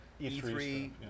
E3